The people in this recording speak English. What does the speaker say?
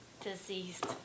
Deceased